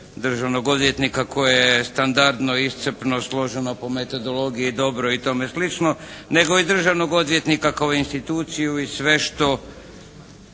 državnog odvjetnika koje je standardno iscrpno, složeno po metodologiji dobro i tome slično, nego i državnog odvjetnika kao instituciju i sve što